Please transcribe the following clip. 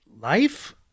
life